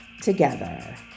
together